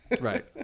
right